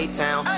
A-Town